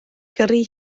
gyrru